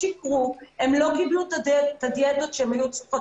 שיקר כי האסירים לא קיבלו את הדיאטות אותן הם היו צריכים.